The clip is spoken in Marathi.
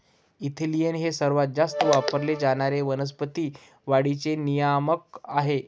इथिलीन हे सर्वात जास्त वापरले जाणारे वनस्पती वाढीचे नियामक आहे